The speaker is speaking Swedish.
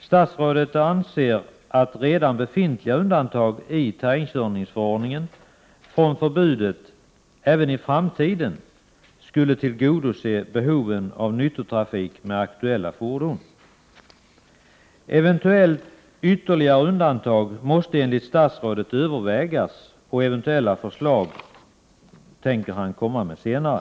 Statsrådet anser att redan befintliga undantag i terrängkörningsförordningen från I förbudet även i framtiden skulle tillgodose behoven av nyttotrafik med | aktuella fordon. Eventuella ytterligare undantag måste enligt statsrådet I övervägas och förslag komma senare.